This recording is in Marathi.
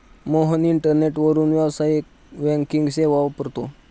मोहन इंटरनेटवरून व्यावसायिक बँकिंग सेवा वापरतो